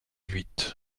huit